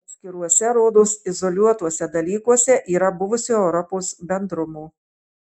atskiruose rodos izoliuotuose dalykuose yra buvusio europos bendrumo